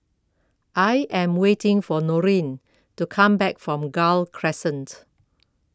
I am waiting for Norine to come back from Gul Crescent